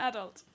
Adult